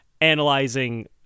analyzing